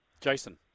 Jason